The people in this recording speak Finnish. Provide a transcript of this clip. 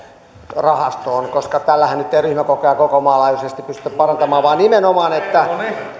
rahastoon tällähän nyt ei ryhmäkokoja koko maan laajuisesti pystytä parantamaan vaan nimenomaan